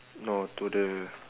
no to the